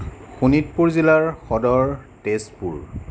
শোণিতপুৰ জিলাৰ সদৰ তেজপুৰ